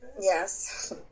Yes